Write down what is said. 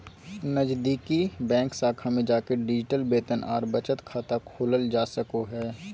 नजीदीकि बैंक शाखा में जाके डिजिटल वेतन आर बचत खाता खोलल जा सको हय